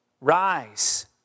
Rise